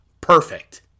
Perfect